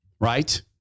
Right